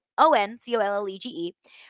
O-N-C-O-L-L-E-G-E